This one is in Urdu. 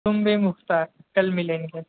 سن بے مختار کل ملیں گے